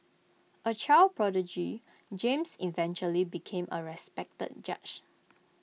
A child prodigy James eventually became A respected judge